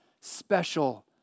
special